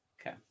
Okay